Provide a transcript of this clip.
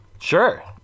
Sure